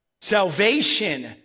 Salvation